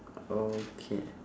okay